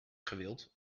gewild